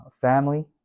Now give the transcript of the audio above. family